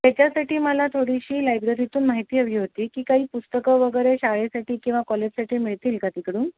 त्याच्यासाठी मला थोडीशी लायब्ररीतून माहिती हवी होती की काही पुस्तकं वगैरे शाळेसाठी किंवा कॉलेजसाठी मिळतील का तिकडून